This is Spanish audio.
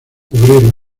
obrero